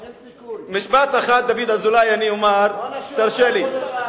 אירן זו מדינת טרור, אין לאן לחזור.